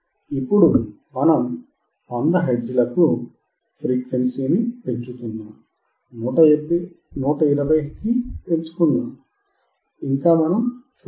ఇప్పుడు మనం 100 హెర్ట్జ్లకు పెరుగుతున్నాం 120 కి పెంచుకుందాం ఇంకా మనం చూడలేదు